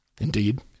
Indeed